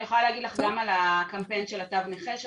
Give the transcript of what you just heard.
אני יכולה להגיד לך גם על הקמפיין של התו נכה שהוצאנו,